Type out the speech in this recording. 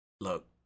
look